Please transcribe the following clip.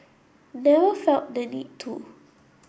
never felt the need to